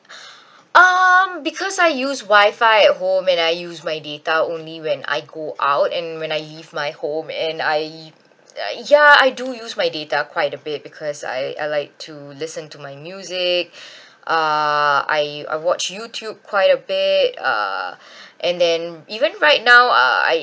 um because I use wifi at home and I use my data only when I go out and when I leave my home and I u~ uh ya I do use my data quite a bit because I I like to listen to my music uh I I watch youtube quite a bit uh and then even right now I